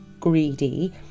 greedy